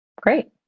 great